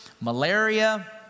malaria